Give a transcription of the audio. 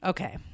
Okay